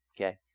okay